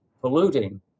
polluting